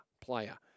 player